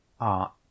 art